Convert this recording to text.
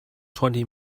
twenty